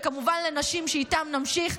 וכמובן לנשים שאיתן נמשיך,